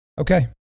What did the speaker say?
Okay